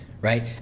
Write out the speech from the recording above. right